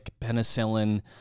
penicillin